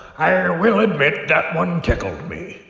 i will admit that one tickled me!